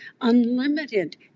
unlimited